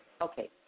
Okay